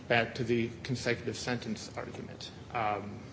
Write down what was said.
back to the consecutive sentences argument